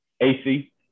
AC